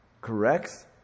corrects